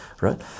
right